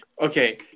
Okay